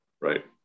right